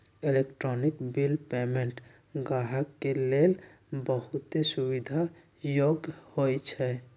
electronic bill payment गाहक के लेल बहुते सुविधा जोग्य होइ छइ